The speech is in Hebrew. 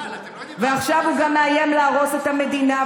ועכשיו הוא גם מאיים להרוס את המדינה,